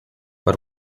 but